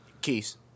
Keys